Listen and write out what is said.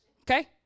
okay